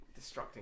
destructing